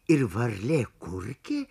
ir varlė kurkė